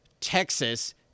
Texas